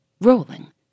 rolling